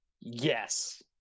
Yes